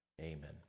Amen